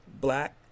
black